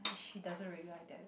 she doesn't really like them